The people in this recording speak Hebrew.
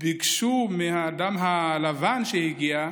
ביקשו מהאדם הלבן שהגיע: